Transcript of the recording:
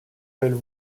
elles